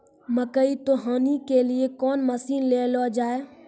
मकई तो हनी के लिए कौन मसीन ले लो जाए?